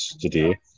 today